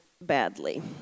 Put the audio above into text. badly